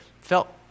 felt